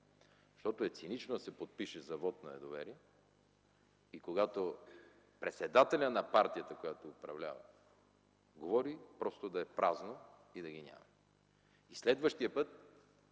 останаха тук, да се подпишат за вот на недоверие и когато председателят на партията, която управлява, говори, просто да е празно и да ги няма. Следващия път,